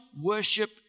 worship